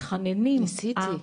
ניסיתי.